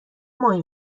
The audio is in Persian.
ماهی